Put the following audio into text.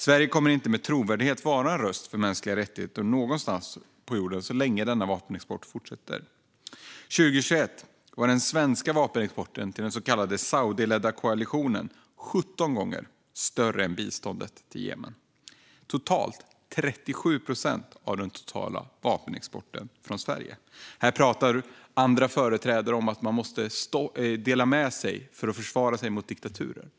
Sverige kommer inte med trovärdighet att vara en röst för mänskliga rättigheter någonstans på jorden så länge denna vapenexport fortsätter. År 2021 var den svenska vapenexporten till den så kallade saudiskledda koalitionen 17 gånger större än biståndet till Jemen och utgjorde totalt 37 procent av den totala vapenexporten från Sverige. Här pratar andra företrädare om att man måste dela med sig för att försvara sig mot diktaturer.